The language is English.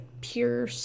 pure